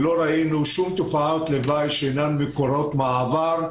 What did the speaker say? ולא ראינו שום תופעת לוואי שאינה מוכרת מהעבר.